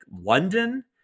London